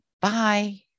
Bye